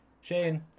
Shane